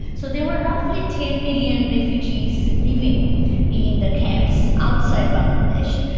so there were roughly ten million refugees living in the camps outside bangladesh.